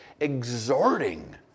exhorting